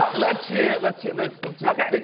let's hear let's hear let's okay.